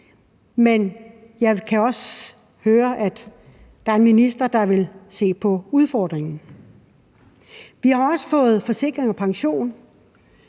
men jeg kan også høre, at der er en minister, der vil se på udfordringen. Vi har også fået Forsikring & Pension